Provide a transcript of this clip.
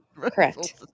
Correct